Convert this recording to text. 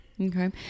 okay